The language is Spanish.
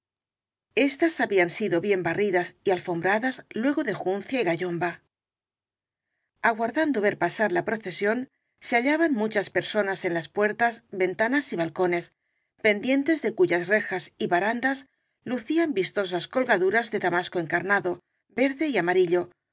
estas habían si do bien barridas y alfombradas luego de juncia y gayomba aguardando ver pasar la procesión se hallaban muchas personas en las puertas ventanas y balcones pendientes de cuyas rejas y barandas lucían vistosas colgaduras de damasco encarnado verde y amarillo